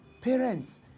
parents